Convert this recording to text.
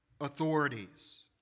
authorities